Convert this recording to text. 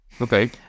Okay